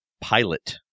Pilot